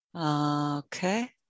Okay